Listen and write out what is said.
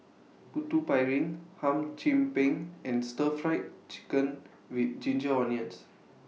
Putu Piring Hum Chim Peng and Stir Fry Chicken with Ginger Onions